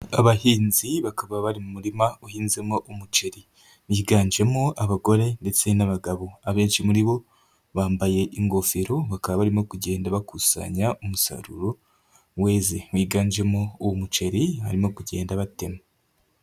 Abahinzi bakaba bari mu murima uhinzemo umuceri, biganjemo abagore ndetse n'abagabo, abenshi muri bo bambaye ingofero bakaba barimo kugenda bakusanya umusaruro weze, wiganjemo uwo muceri barimo kugenda batema.